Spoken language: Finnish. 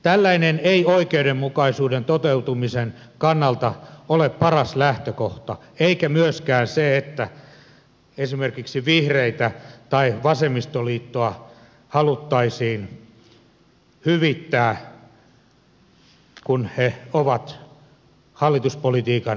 tällainen ei oikeudenmukaisuuden toteutumisen kannalta ole paras lähtökohta eikä myöskään se että esimerkiksi vihreitä tai vasemmistoliittoa haluttaisiin hyvittää kun he ovat hallituspolitiikan uskollisia takuumiehiä